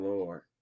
Lord